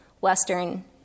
western